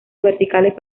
verticales